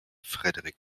frederik